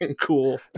cool